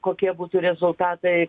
kokie būtų rezultatai